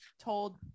told